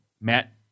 Matt